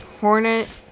hornet